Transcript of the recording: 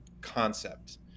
Concept